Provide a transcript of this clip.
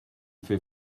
fait